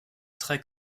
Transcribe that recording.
très